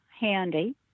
handy